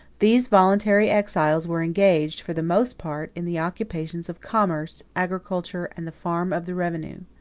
these voluntary exiles were engaged, for the most part, in the occupations of commerce, agriculture, and the farm of the revenue.